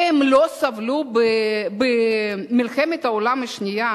לא סבלו במלחמת העולם השנייה?